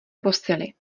posily